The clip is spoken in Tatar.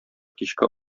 кичке